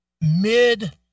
mid